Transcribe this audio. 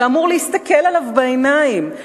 שאמור להסתכל לו בעיניים,